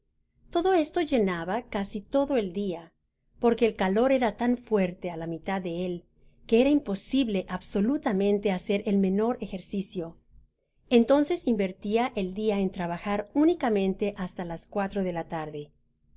todo esto llenaba casi todo el dia porque el calor era tan fuerte ála mitad de él que era imposible absolutamente hacer el menor ejercicio entonces invertia el dia en trabajar únicamente hasta las cuatro de la tarde